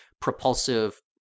propulsive